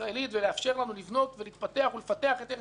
ולאפשר לנו לבנות ולפתח את ארץ ישראל,